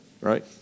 right